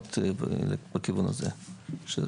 לשנות בכיוון הזה.